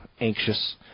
anxious